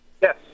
Yes